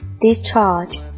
Discharge